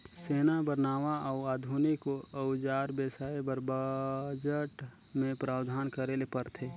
सेना बर नावां अउ आधुनिक अउजार बेसाए बर बजट मे प्रावधान करे ले परथे